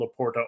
Laporta